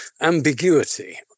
ambiguity